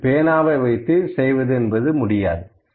அது பேனாவை வைத்து செய்ய முடியாது